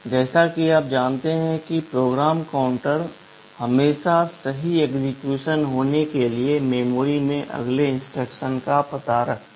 जैसा कि आप जानते हैं कि PC हमेशा सही एक्सेक्यूशन होने के लिए मेमोरी में अगले इंस्ट्रक्शन का पता रखता है